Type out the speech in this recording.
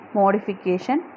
modification